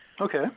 Okay